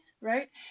right